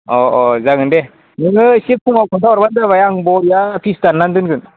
अ अ जागोन दे नोङो एसे फुङाव खोन्था हरब्लानो जाबाय आं बरिया फिस दाननानै दोनगोन